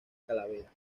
calavera